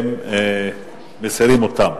שהם מסירים אותן.